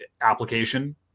application